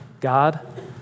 God